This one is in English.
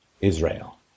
Israel